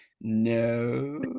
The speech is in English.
no